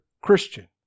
Christian